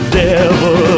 devil